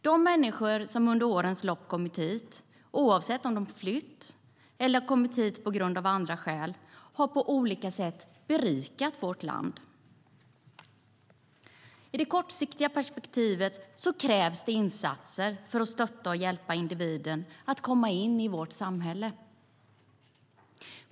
De människor som under årens lopp har kommit hit, oavsett om de flytt eller kommit hit av andra skäl, har alla på olika sätt berikat vårt land.I det kortsiktiga perspektivet krävs insatser för att stötta och hjälpa individen att komma in i vårt samhälle.